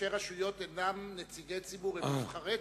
ראשי רשויות אינם נציגי ציבור, הם נבחרי ציבור.